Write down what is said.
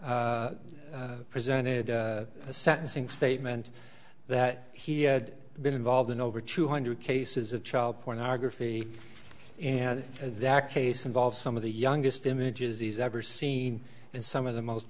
agent presented a sentencing statement that he had been involved in over two hundred cases of child pornography and that case involves some of the youngest images he's ever seen and some of the most